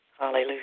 Hallelujah